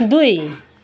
दुई